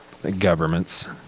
governments